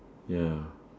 ya